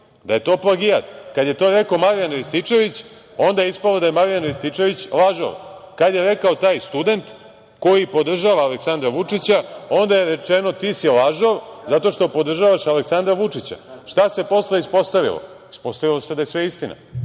da je to plagijat. Kada je to rekao Marijan Rističević, onda je ispalo da je Marijan Rističević lažov. Kada je rekao taj student koji podržava Aleksandra Vučića onda je rečeno – ti si lažov zato što podržavaš Aleksandra Vučića. Šta se posle ispostavilo? Ispostavilo se da je sve istina